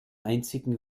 einzigen